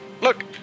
look